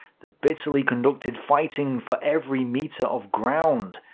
the bitterly conducted fighting for every metre of ground.